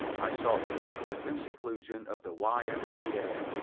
i sought the comfort and seclusion of the y m c a.